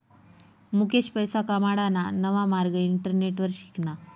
मुकेश पैसा कमाडाना नवा मार्ग इंटरनेटवर शिकना